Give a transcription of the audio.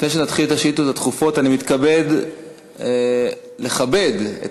לפני שנתחיל בשאילתות הדחופות אני מתכבד לברך את